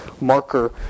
marker